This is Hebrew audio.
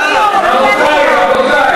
רבותי, רבותי.